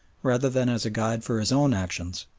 rather than as a guide for his own actions.